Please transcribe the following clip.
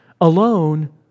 alone